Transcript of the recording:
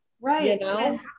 Right